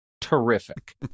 Terrific